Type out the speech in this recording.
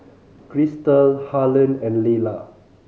Chrystal Harlon and Layla